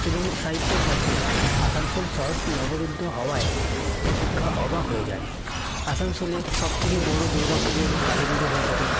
এবং সাহিত্যের সাথে আসানসোল শহরটি অবরুদ্ধ হওয়ায় অপেক্ষা অবাক হয়ে যায় আসানসোলে সবথেকে বড় দুর্গাপুজো এবং কালীপুজো হয়ে থাকে